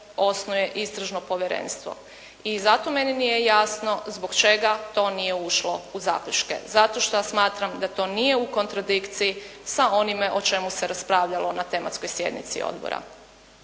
osnuje istražno povjerenstvo. I zato meni nije jasno zbog čega to nije ušlo u zaključke, zato što ja smatram da to nije u kontradikciji sa onime o čemu se raspravljalo na tematskoj sjednici odbora.